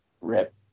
Rip